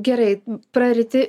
gerai praryti